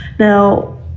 Now